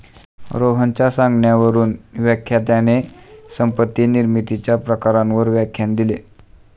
रोहनच्या सांगण्यावरून व्याख्यात्याने संपत्ती निर्मितीच्या प्रकारांवर व्याख्यान दिले